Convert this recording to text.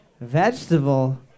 Vegetable